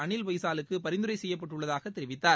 அளில் பைஜாலுக்கு பரிந்துரை செய்யப்பட்டுள்ளதாக தெரிவித்தார்